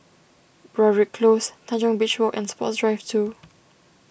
Broadrick Close Tanjong Beach Walk and Sports Drive two